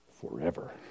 forever